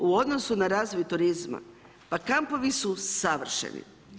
U odnosu na razvoj turizma pa kampovi su savršeni.